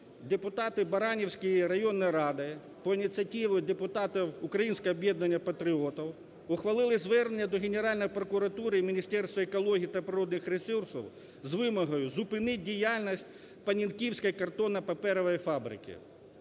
депутати Баранівської районної ради по ініціативі депутатів Українського об'єднання патріотів ухвалили звернення до Генеральної прокуратури і Міністерства екології та природних ресурсів з вимогою зупинити діяльність Понінківської картонно-паперової фабрики.